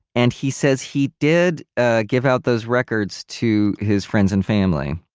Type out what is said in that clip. and he says he did ah give out those records to his friends and family.